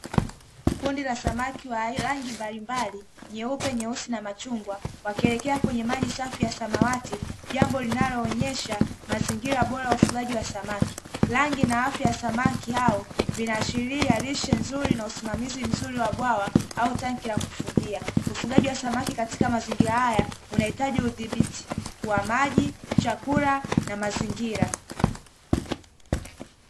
Kundi la samaki wa rangi mbalimbali nyeupe, nyeusi na machungwa wakielekea kwenye maji safi ya samawati, jambo linaloonyesha mazingira bora ya ufugaji wa samaki, rangi na afya ya samaki hao vinaashiria lishe nzuri na usimamizi mzuri wa bwawa au tangi la kufugia, ufugaji wa samaki katika mazingira haya unahitaji udhibiti wa maji, chakula na mazingira.